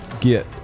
get